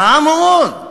רעה מאוד.